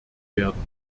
werden